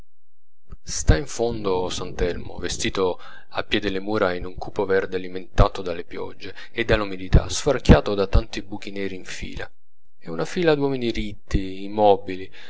sta in fondo sant'elmo vestito appiè delle mura di un cupo verde alimentato dalle piogge e dall'umidità sforacchiato da tanti buchi neri in fila e una fila d'uomini ritti immobili